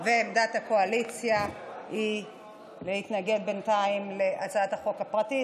ועמדת הקואליציה היא להתנגד בינתיים להצעת החוק הפרטית,